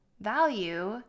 value